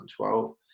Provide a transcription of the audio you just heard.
2012